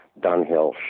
Dunhill